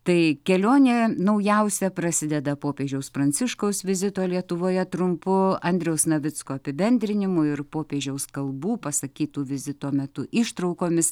tai kelionė naujausia prasideda popiežiaus pranciškaus vizito lietuvoje trumpu andriaus navicko apibendrinimu ir popiežiaus kalbų pasakytų vizito metu ištraukomis